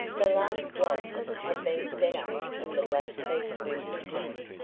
the last lodge had been set up in the blackfeet winter camp.